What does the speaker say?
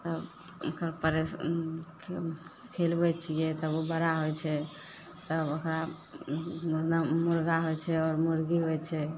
तब ओकर प्रे खिलबै छिए तब ओ बड़ा होइ छै तब ओकरा मतलब मुरगा होइ छै आओर मुरगी होइ छै